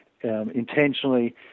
intentionally